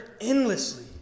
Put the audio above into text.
endlessly